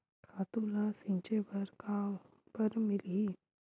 खातु ल छिंचे बर काबर मिलही?